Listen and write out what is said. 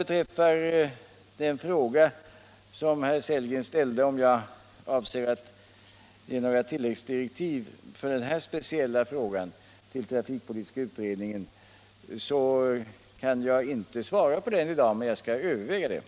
Herr Sellgren ställde frågan om jag avser att ge några tilläggsdirektiv i den här speciella frågan till trafikpolitiska utredningen. Jag kan inte svara på det i dag, men jag skall överväga saken.